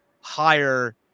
higher